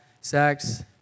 sex